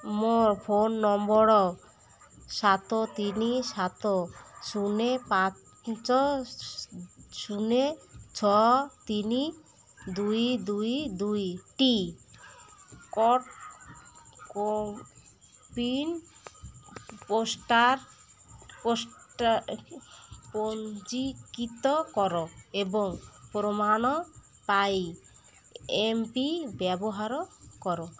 ମୋର୍ phone number ସାତ ତିନି ସାତ ଶୂନ ପାଞ୍ଚ ଶୂନ ଛଅ ତିନି ଦୁଇ ଦୁଇ ଦୁଇ ଟି କଟ୍ କୋୱିନ୍ ପୋଷ୍ଟର ପଞ୍ଜୀକୃତ କର ଏବଂ ପ୍ରମାଣ ପାଇଁ ଏମ୍ ପି ବ୍ୟବହାର କର